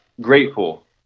grateful